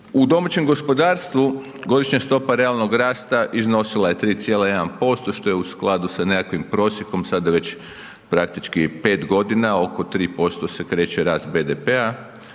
U domaćem gospodarstvu godišnja stopa realnog rasta iznosila je 3,1% što je u skladu sa nekakvim prosjekom sada već praktički 5 godina oko 3% se kreće rast BDP-a